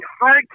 hard